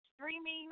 streaming